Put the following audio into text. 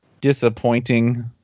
disappointing